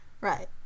right